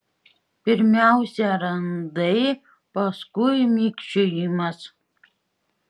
pirmiausia randai paskui mikčiojimas